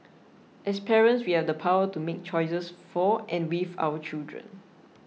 as parents we have the power to make choices for and with our children